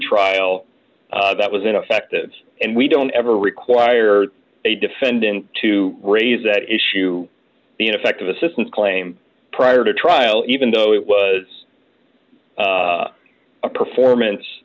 trial that was ineffective and we don't ever require a defendant to raise that issue ineffective assistance claim prior to trial even though it was a performance